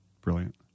brilliant